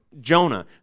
Jonah